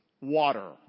Water